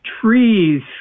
trees